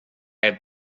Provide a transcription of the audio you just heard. have